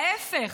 ההפך.